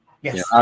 Yes